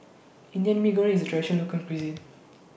Indian Mee Goreng IS Traditional Local Cuisine